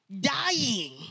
dying